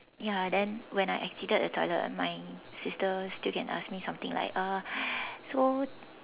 ya then when I exited the toilet my sister still can ask me something like uh so